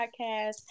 Podcast